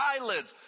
eyelids